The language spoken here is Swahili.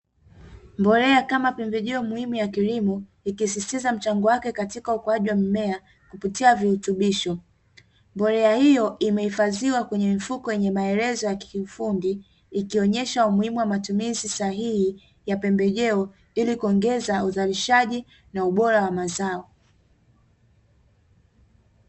Mbolea kama pembejeo muhimu ya kilimo, ikisisitiza mchango wake katika ukuaji wa mimea kwa kupitia virutubisho. Mbolea hiyo imehifadhiwa kwenye mifuko yenye maelezo ya kiufundi, ikionyesha umuhimu wa matumizi sahihi ya pembejeo ili kuongeza uzalishaji na ubora wa mazao.